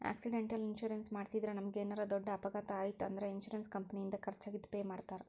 accidental insurance ಮಾಡಿಸಿದ್ರ ನಮಗೇನರ ದೊಡ್ಡ ಅಪಘಾತ ಆಯ್ತ್ ಅಂದ್ರ ಇನ್ಶೂರೆನ್ಸ್ ಕಂಪನಿಯಿಂದ ಖರ್ಚಾಗಿದ್ ಪೆ ಮಾಡ್ತಾರಾ